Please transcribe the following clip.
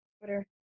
Twitter